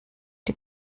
die